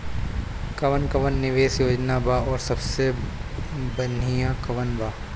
कवन कवन निवेस योजना बा और सबसे बनिहा कवन बा?